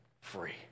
free